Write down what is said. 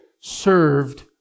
served